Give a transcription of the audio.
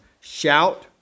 shout